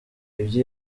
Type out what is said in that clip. ubwo